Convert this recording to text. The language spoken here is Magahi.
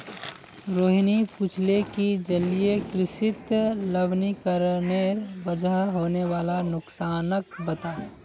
रोहिणी पूछले कि जलीय कृषित लवणीकरनेर वजह होने वाला नुकसानक बता